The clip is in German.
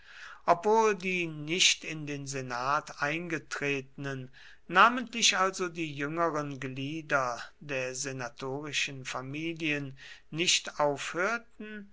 obwohl die nicht in den senat eingetretenen namentlich also die jüngeren glieder der senatorischen familien nicht aufhörten